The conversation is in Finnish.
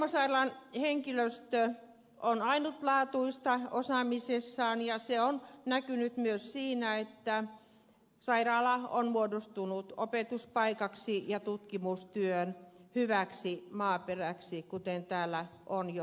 heinolan reumasairaalan henkilöstö on ainutlaatuista osaamisessaan ja se on näkynyt myös siinä että sairaala on muodostunut opetuspaikaksi ja tutkimustyön hyväksi maaperäksi kuten täällä on jo todettu